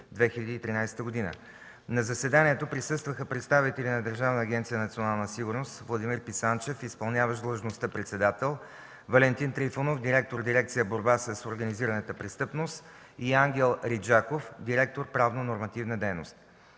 2013 г. На заседанието присъстваха представители на Държавна агенция „Национална сигурност” – Владимир Писанчев, изпълняващ длъжността председател; Валентин Трифонов, директор на дирекция „Борба с организираната престъпност”, и Ангел Риджаков, директор на дирекция „Правно-нормативна дейност“.